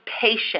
patient